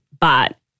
but-